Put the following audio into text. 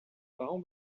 parents